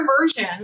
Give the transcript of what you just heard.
version